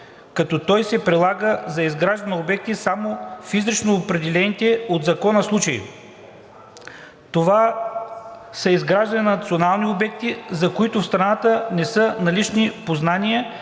като той се прилага за изграждане на обекти само в изрично определените от закона случаи. Това са изграждане на национални обекти, за които в страната не са налични познания